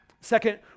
Second